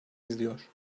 izliyor